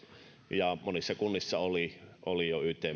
ja monissa kunnissa oli oli jo yt